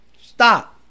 Stop